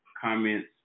comments